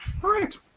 Great